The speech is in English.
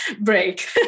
break